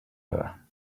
her